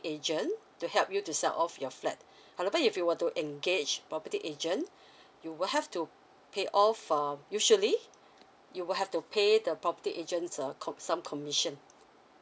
agent to help you to sell off your flat however if you will to engage property agent you will have to pay off for um usually you will have to pay the property agents uh comm~ some commission